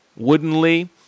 woodenly